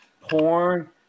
porn